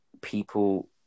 people